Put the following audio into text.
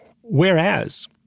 Whereas